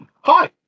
hi